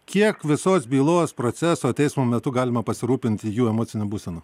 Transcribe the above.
kiek visos bylos proceso teismo metu galima pasirūpinti jų emocine būsena